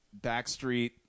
Backstreet